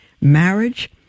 Marriage